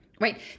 right